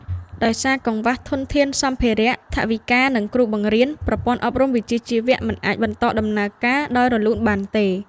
ដោយសារកង្វះធនធានសម្ភារៈ ថវិកា និងគ្រូបង្រៀន ប្រព័ន្ធអប់រំវិជ្ជាជីវៈមិនអាចបន្តដំណើរការដោយរលូនបានទេ។